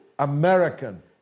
American